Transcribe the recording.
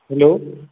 hello